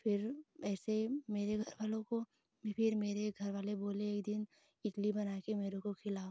फिर ऐसे मेरे घर वालों को फिर मेरे घरवाले बोले एक दिन इडली बना कर मेरे को खिलाओ